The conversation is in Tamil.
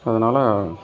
அதனால்